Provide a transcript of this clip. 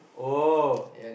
oh